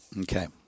Okay